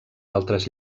altres